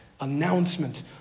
announcement